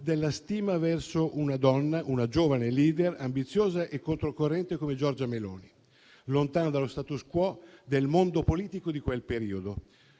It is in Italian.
della stima verso una donna, una giovane *leader*, ambiziosa e controcorrente, come Giorgia Meloni, lontano dallo *status quo* del mondo politico di quel periodo.